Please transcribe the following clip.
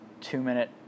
two-minute